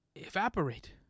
evaporate